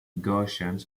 gaussian